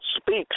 speaks